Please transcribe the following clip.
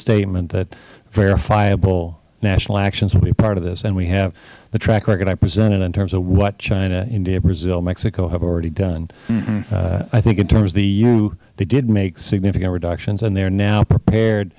statement that verifiable national actions will be part of this and we have the track record i presented in terms of what china india brazil and mexico have already done i think in terms of the eu they did make significant reductions and they are now prepared